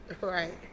Right